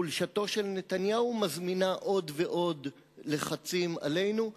חולשתו של נתניהו מזמינה עוד ועוד לחצים עלינו.